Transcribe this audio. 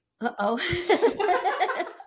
Uh-oh